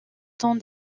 temps